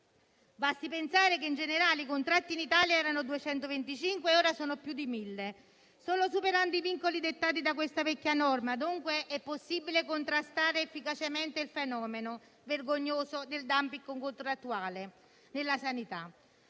Basti pensare che, in generale, i contratti in Italia erano 225 e ora sono più di mille. Solo superando i vincoli dettati da questa vecchia norma, dunque, è possibile contrastare efficacemente il fenomeno vergognoso del *dumping* contrattuale nella sanità,